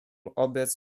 obraz